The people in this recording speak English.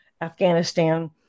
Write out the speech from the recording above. Afghanistan